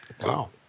Wow